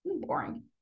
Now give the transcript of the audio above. boring